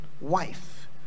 wife